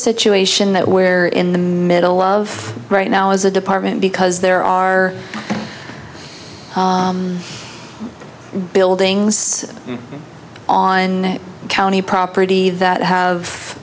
situation that where in the middle of right now is the department because there are buildings on county property that have